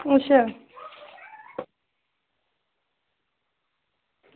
किश